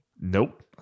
Nope